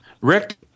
Rick